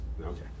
Okay